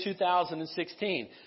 2016